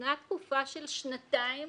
ניתנה תקופה של שנתיים